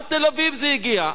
עד תל-אביב זה הגיע,